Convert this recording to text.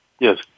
Yes